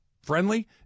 friendly